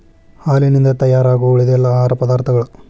ಹಾಲಿನಿಂದ ತಯಾರಾಗು ಉಳಿದೆಲ್ಲಾ ಆಹಾರ ಪದಾರ್ಥಗಳ